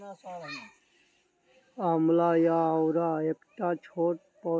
आंवला या औरा एकटा छोट पौष्टिक फल छियै, जइसे स्वास्थ्य के फायदा होइ छै